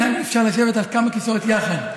אי-אפשר לשבת על כמה כיסאות יחד.